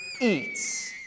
eats